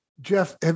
Jeff